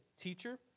teacher